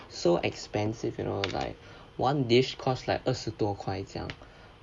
so expensive you know like one dish costs like 二十多块这样